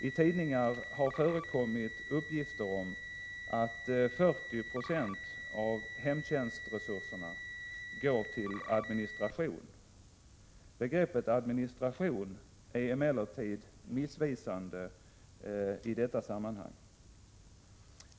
I tidningar har förekommit uppgifter om att 40 96 av hemtjänstresurserna gått till administration. Begreppet ”administration” är emellertid missvisande i detta sammanhang.